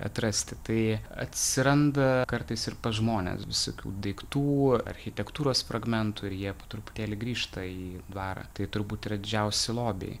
atrasti tai atsiranda kartais ir pas žmones visokių daiktų architektūros fragmentų ir jie po truputėlį grįžta į dvarą tai turbūt yra didžiausi lobiai